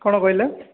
କ'ଣ କହିଲେ